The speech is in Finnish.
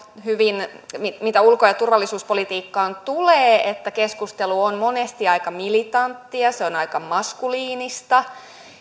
hyvin siihen mitä ulko ja turvallisuuspolitiikkaan tulee että keskustelu on monesti aika militanttia se on aika maskuliinista